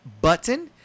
button